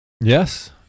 Yes